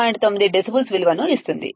9 decibels విలువను ఇస్తుంది